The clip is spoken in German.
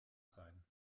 sein